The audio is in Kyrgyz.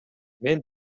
мен